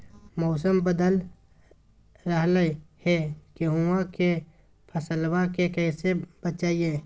मौसम बदल रहलै है गेहूँआ के फसलबा के कैसे बचैये?